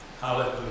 Hallelujah